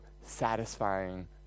satisfying